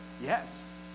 yes